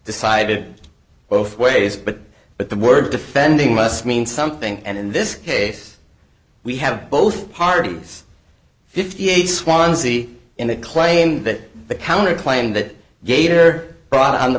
decided both ways but but the word defending must mean something and in this case we have both parties fifty eight dollars swanzy in the claim that the counter claim that gator brought on the